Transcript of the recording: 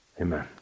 Amen